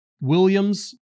Williams